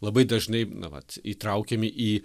labai dažnai na vat įtraukiami į